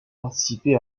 participé